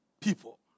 people